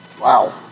Wow